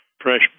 fresh